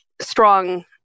strong